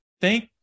Thank